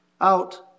out